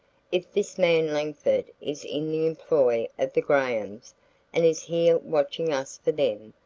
if this man langford is in the employ of the grahams and is here watching us for them,